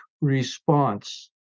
response